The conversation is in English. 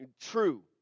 true